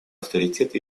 авторитет